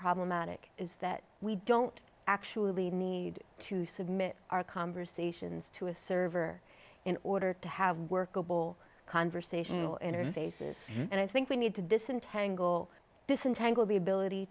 problematic is that we don't actually need to submit our conversations to a server in order to have workable conversational interfaces and i think we need to disentangle this untangled the ability